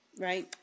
Right